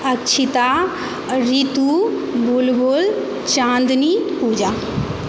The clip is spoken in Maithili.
अक्षिता ऋतु बुलबुल चाँदनी पूजा